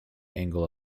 angle